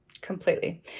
Completely